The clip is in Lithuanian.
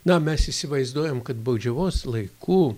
na mes įsivaizduojam kad baudžiavos laikų